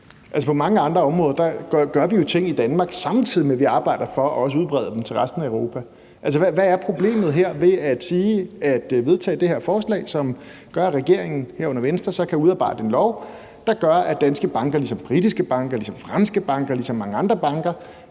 på mange andre områder gør vi jo ting i Danmark, samtidig med at vi arbejder for også at udbrede dem til resten af Europa. Hvad er problemet her ved at vedtage det her forslag, som gør, at regeringen, herunder Venstre, kan udarbejde en lov, der gør, at danske banker – ligesom britiske banker, ligesom franske banker, ligesom mange andre banker